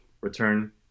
return